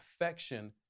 Affection